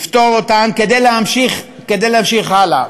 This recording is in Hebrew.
לפתור אותן, כדי להמשיך, כדי להמשיך הלאה.